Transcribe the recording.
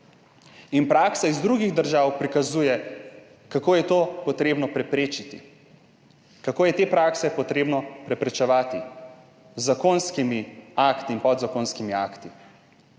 Praksa iz drugih držav prikazuje, kako je to treba preprečiti, kako je te prakse treba preprečevati z zakonskimi akti in podzakonskimi akti.